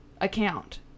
account